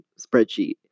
spreadsheet